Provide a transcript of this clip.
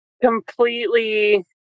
completely